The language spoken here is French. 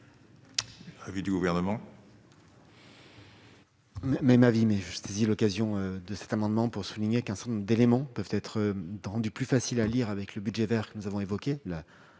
Avis du gouvernement.